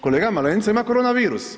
Kolega Malenica ima korona virus.